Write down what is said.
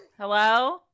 hello